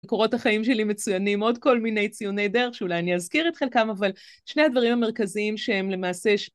קורות החיים שלי מצוינים, עוד כל מיני ציוני דרך, שאולי אני אזכיר את חלקם, אבל שני הדברים המרכזיים שהם למעשה...